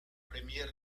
premier